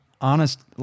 honest